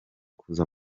kuza